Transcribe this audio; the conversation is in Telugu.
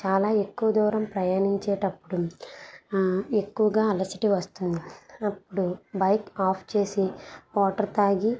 చాలా ఎక్కువ దూరం ప్రయాణించేటప్పుడు ఎక్కువగా అలసట వస్తుంది అప్పుడు బైక్ ఆఫ్ చేసి వాటర్ త్రాగి